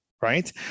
right